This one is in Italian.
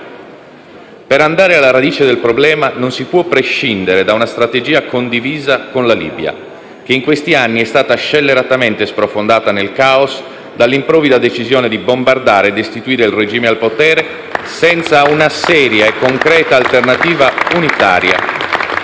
Per andare alla radice del problema, non si può prescindere da una strategia condivisa con la Libia, che in questi anni è stata scelleratamente sprofondata nel caos dall'improvvida decisione di bombardare e destituire il regime al potere senza una seria e concreta alternativa unitaria